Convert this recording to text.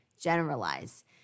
generalize